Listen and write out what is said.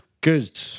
Good